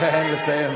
אה, לסיים.